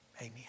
Amen